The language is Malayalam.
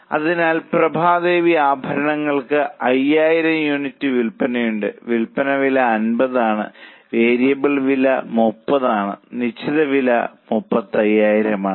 അതിനാൽ പ്രഭാ ദേവി ആഭരണങ്ങൾക്ക് 5000 യൂണിറ്റ് വിൽപ്പനയുണ്ട് വിൽപ്പന വില 50 ആണ് വേരിയബിൾ വില 30 ആണ് നിശ്ചിത വില 35000 ആണ്